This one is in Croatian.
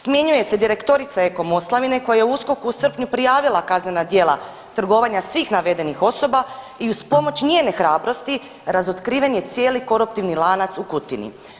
Smjenjuje se direktorica Eko Moslavine koja je USKOK-u u srpnju prijavila kaznena djela trgovanja svih navedenih osoba i uz pomoć njene hrabrosti razotkriven je cijeli koruptivni lanac u Kutini.